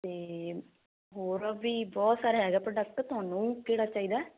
ਤੇ ਹੋਰ ਵੀ ਬਹੁਤ ਸਾਰੇ ਹੈਗਾ ਪ੍ਰੋਡਕਟ ਤੁਹਾਨੂੰ ਕਿਹੜਾ ਚਾਹੀਦਾ